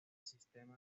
sistema